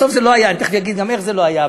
בסוף זה לא היה, ואני תכף אגיד איך זה לא היה.